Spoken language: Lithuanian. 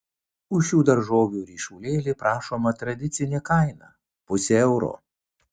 už šių daržovių ryšulėlį prašoma tradicinė kaina pusė euro